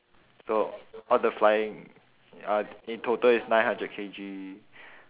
so all the flying uh in total it's nine hundred K_G